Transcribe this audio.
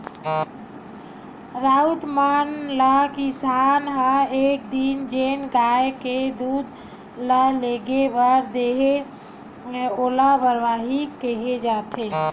राउत मन ल किसान ह एक दिन जेन गाय के दूद ल लेगे बर देथे ओला बरवाही केहे जाथे